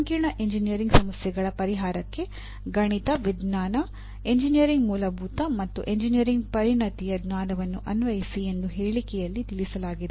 ಸಂಕೀರ್ಣ ಎಂಜಿನಿಯರಿಂಗ್ ಸಮಸ್ಯೆಗಳ ಪರಿಹಾರಕ್ಕೆ ಗಣಿತ ವಿಜ್ಞಾನ ಎಂಜಿನಿಯರಿಂಗ್ ಮೂಲಭೂತ ಮತ್ತು ಎಂಜಿನಿಯರಿಂಗ್ ಪರಿಣತಿಯ ಜ್ಞಾನವನ್ನು ಅನ್ವಯಿಸಿ ಎಂದು ಹೇಳಿಕೆಯಲ್ಲಿ ತಿಳಿಸಲಾಗಿದೆ